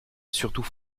surtout